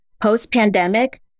Post-pandemic